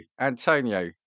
Antonio